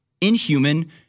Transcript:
inhuman